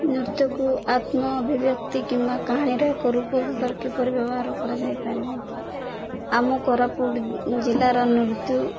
ନୃତ୍ୟକୁ ଆତ୍ମ ଅଭିବ୍ୟକ୍ତି କିମ୍ବା କାହାଣୀର ଏକ ରୂପ ଭାବରେ କିପରି ବ୍ୟବହାର କରାଯାଇପାରିବ ଆମ କୋରାପୁଟ ଜିଲ୍ଲାର ନୃତ୍ୟ